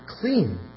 clean